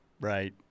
right